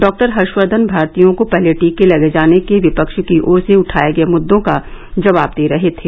doctor Harshvardhan भारतीयों को पहले टीके लगाये जाने के विपक्ष की ओर से उठाये गये मुद्दों का जवाब दे रहे थे